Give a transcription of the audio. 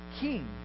king